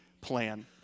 plan